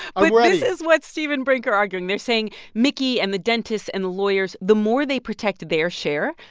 i'm ready but this is what steve and brink are arguing they're saying mickey and the dentist and the lawyers the more they protected their share,